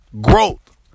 growth